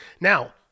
Now